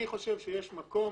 אני חושב שיש מקום